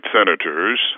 senators